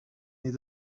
need